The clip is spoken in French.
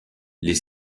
les